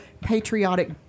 patriotic